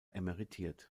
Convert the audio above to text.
emeritiert